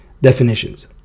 definitions